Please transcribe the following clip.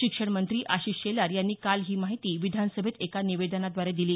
शिक्षण मंत्री आशिष शेलार यांनी काल ही माहिती विधानसभेत एका निवेदनाद्वारे दिली